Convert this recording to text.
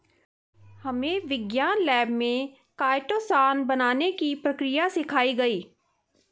हमे विज्ञान लैब में काइटोसान बनाने की प्रक्रिया सिखाई गई